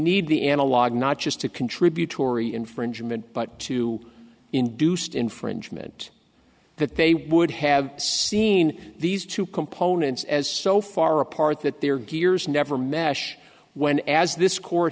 need the analog not just to contributory infringement but to induced infringement that they would have seen these two components as so far apart that there gears never mesh when as this court